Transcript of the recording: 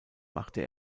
machte